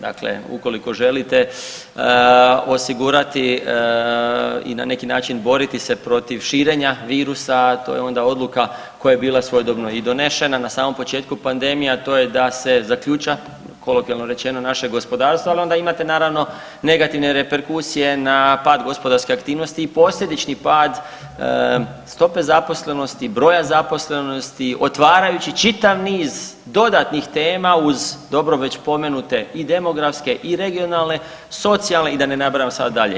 Dakle, ukoliko želite osigurati i na neki način boriti se protiv širenja virusa to je onda odluka koja je bila svojedobno i donešena na samom početku pandemije, a to je da se zaključa kolokvijalno rečeno naše gospodarstvo, ali onda imate naravno negativne reperkusije na pad gospodarske aktivnosti i posljedični pad stope zaposlenosti, broj zaposlenosti otvarajući čitav niz dodatnih tema uz dobro već spomenute i demografske i regionalne, socijalne i da ne nabrajam sad dalje.